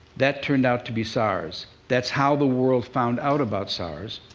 that turned out to be sars. that's how the world found out about sars.